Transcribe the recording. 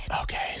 Okay